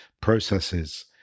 processes